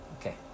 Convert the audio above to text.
Okay